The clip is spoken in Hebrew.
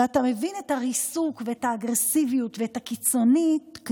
ואתה מבין את הריסוק, את האגרסיביות ואת הקיצוניות